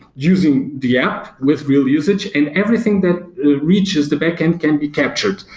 using the app with real usage and everything that reaches the backend can be captured.